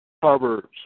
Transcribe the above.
Proverbs